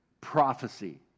prophecy